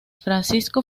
francisco